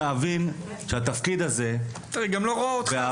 היא גם לא רואה אותך, הסתדרתם.